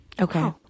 Okay